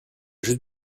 juste